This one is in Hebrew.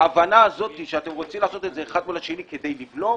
ההבנה הזו שאתם רוצים לעשות את זה אחד ליד השני כדי לבלום